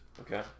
Okay